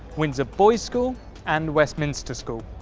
windsor boys' school and westminster school.